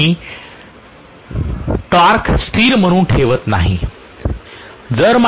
प्राध्यापक मी टॉर्क स्थिर म्हणून ठेवत नाही